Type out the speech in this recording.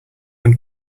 when